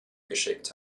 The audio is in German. geschickt